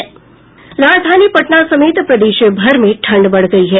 राजधानी पटना समेत प्रदेश भर में ठंड बढ़ गयी है